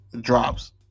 drops